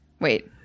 wait